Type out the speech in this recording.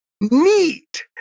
Neat